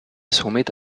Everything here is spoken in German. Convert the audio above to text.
somit